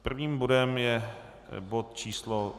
Prvním bodem je bod číslo